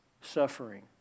suffering